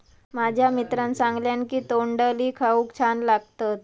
माझ्या मित्रान सांगल्यान की तोंडली खाऊक छान लागतत